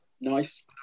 Nice